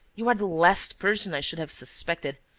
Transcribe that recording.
you are the last person i should have suspected.